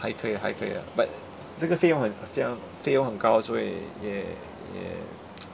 还可以还可以 lah but 这个费用很费用费用很高所以也也